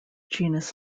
genus